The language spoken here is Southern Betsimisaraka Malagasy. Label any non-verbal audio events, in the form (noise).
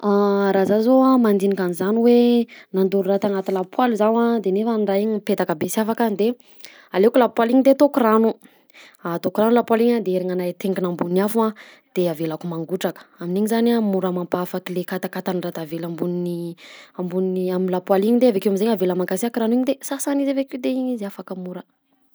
Ah raha zah zao a mandinika zany eo nandoro raha tanaty lapoaly zaho a de nefa raha iny mipetaka be sy afaka de aleko lapoaly iny de ataoko rano ataoko rano lapoaly a de aherinanahy atengina ambony afo a de avelako mangotraka amin'iny zany a mora mampafaky le katakatan'ny raha tavela ambony (hesitation) ambonin'ny amy lapoaly iny de avekeo amizegny avela magasiaka rano iny de sasana izy avekeo de iny izy afaka mora.